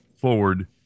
forward